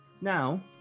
Now